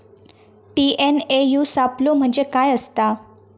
TNAU सापलो म्हणजे काय असतां?